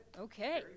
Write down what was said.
okay